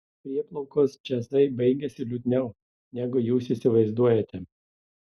prieplaukos džiazai baigiasi liūdniau negu jūs įsivaizduojate